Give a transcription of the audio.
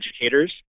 educators